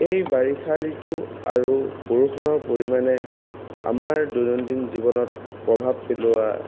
এই বাৰিষা ঋতু আৰু বৰষুণৰ পৰিমাণে আমাৰ দৈনন্দিন জীৱনত প্ৰভাৱ পেলোৱা